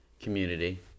community